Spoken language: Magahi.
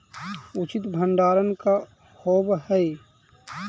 उचित भंडारण का होव हइ?